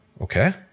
Okay